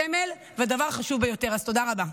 סמל והדבר החשוב ביותר, אז תודה רבה.